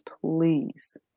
please